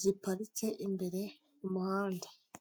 ziparitse imbere mu muhanda.